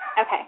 Okay